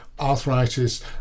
Arthritis